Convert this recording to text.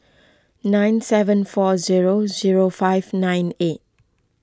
nine seven four zero zero five nine eight